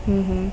हं हं